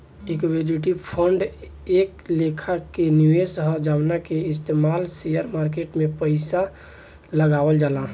equity fund एक लेखा के निवेश ह जवना के इस्तमाल शेयर मार्केट में पइसा लगावल जाला